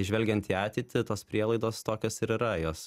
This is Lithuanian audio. žvelgiant į ateitį tos prielaidos tokios ir yra jos